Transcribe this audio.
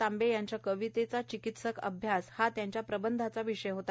तांबे यांच्या कवितेचा चिकित्सक अभ्यास हा त्यांच्या प्रबंधाचा विषय होता